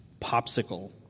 popsicle